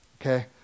okay